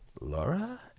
Laura